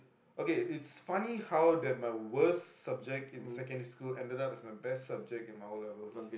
okay it's funny how that my worst subject in secondary school ended up as my best subject in my O-levels